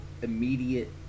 immediate